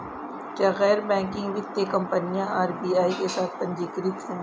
क्या गैर बैंकिंग वित्तीय कंपनियां आर.बी.आई के साथ पंजीकृत हैं?